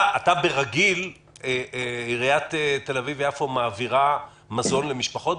באופן רגיל עיריית תל אביב-יפו מעבירה מזון למשפחות,